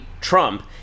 Trump